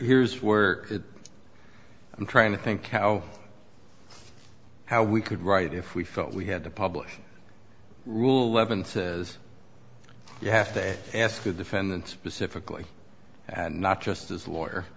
here's where i'm trying to think how how we could write if we felt we had to publish ruhleben says you have to ask the defendant specifically and not just as lawyer